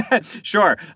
Sure